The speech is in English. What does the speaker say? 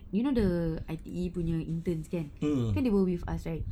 you know the I_T_E punya interns kan then they were with us right